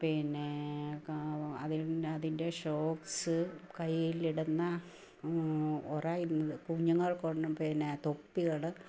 പിന്നെ കാ വാ അത് അതിൻ്റെ ഷോക്സ് കയ്യിലിടുന്ന ഒറ കുഞ്ഞുങ്ങൾക്ക് ഉള്ള തൊപ്പികള്